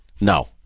no